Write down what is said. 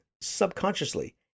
subconsciously